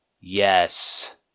Yes